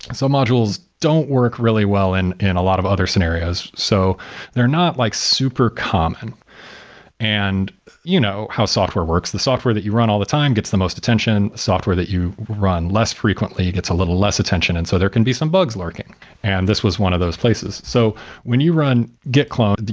sub-modules don't work really well in in a lot of other scenarios. so they're not like super common and you know how software works. the software that you run all the time gets the most attention, software that you run less frequently gets a little less attention, and so there can be some bugs lurking and this was one of those places so when you run git clone,